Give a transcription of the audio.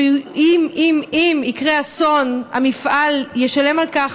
שאם, אם, אם יקרה אסון, המפעל ישלם על כך.